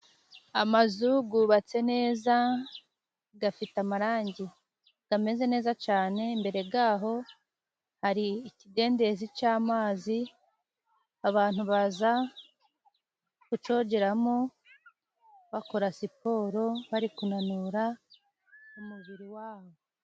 Amazu yubatse neza afite amarangi kameze neza cyane, mbere yaho ari ikidendezi cy'amazi, abantu baza kucyogeramo bakora Siporo bari kunanura umubiri wabo.